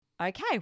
Okay